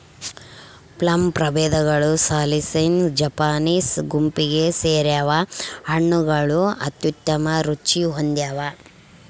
plum ಪ್ರಭೇದಗಳು ಸಾಲಿಸಿನಾ Japanese ಗುಂಪಿಗೆ ಸೇರ್ಯಾವ ಹಣ್ಣುಗಳು ಅತ್ಯುತ್ತಮ ರುಚಿ ಹೊಂದ್ಯಾವ